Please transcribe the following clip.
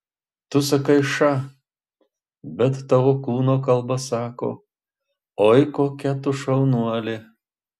tu sakai ša bet tavo kūno kalba sako oi kokia tu šaunuolė